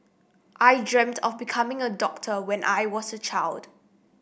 I dreamt of becoming a doctor when I was a child